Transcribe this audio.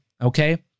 Okay